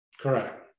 Correct